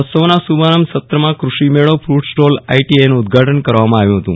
મહોત્સવના શુભારભ સત્રમાં કષિમેળો ફુટ સ્ટોલ આઈ ટી આઈન ઉદઘાટન કરવામાં આવ્યું હતું